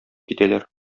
китәләр